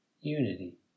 unity